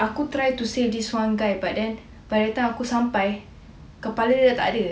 aku try to save this one guy but then by the time aku sampai kepala dia dah takde